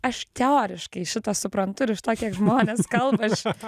aš teoriškai šitą suprantu ir iš to kiek žmonės kalba aš